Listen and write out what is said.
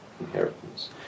inheritance